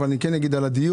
אבל אני כן אגיד על הדיור.